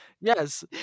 yes